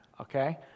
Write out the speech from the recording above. okay